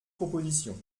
propositions